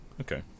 Okay